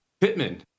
Pittman